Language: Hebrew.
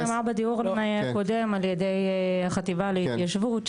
זה פשוט נאמר בדיון הקודם על ידי החטיבה להתיישבות.